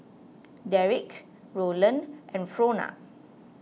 Derrick Rolland and Frona